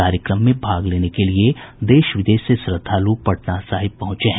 कार्यक्रम में भाग लेने के लिए देश विदेश से श्रद्धालु पटना साहिब पहुंचे हैं